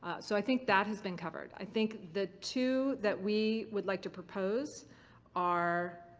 ah so i think that has been covered. i think the two that we would like to propose are